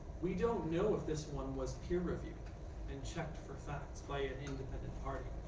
we don't know if this one was peer reviewed and checked for facts by an independent party.